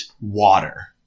water